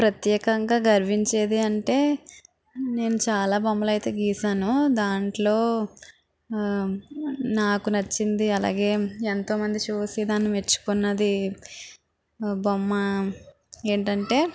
ప్రత్యేకంగా గర్వించేది అంటే నేను చాలా బొమ్మలైతే గీశాను దాంట్లో నాకు నచ్చింది అలాగే ఎంతోమంది చూసి దాన్ని మెచ్చుకున్నది బొమ్మ ఏంటంటే